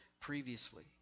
previously